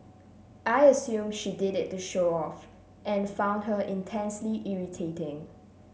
I assumed she did it to show off and found her intensely irritating